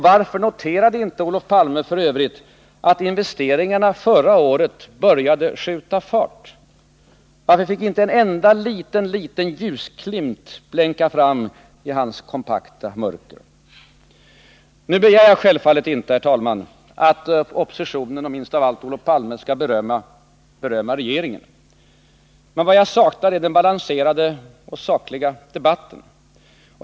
Varför noterade f. ö. inte Olof Palme att investeringarna förra året började skjuta fart? Varför fick inte en enda liten ljusglimt blänka fram i hans kompakta mörker? Jag begär självfallet inte, fru talman, att oppositionen, och minst av allt Olof Palme, skall berömma regeringen. Men vad jag saknar är den balanserade och sakliga debatten.